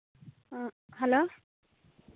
hello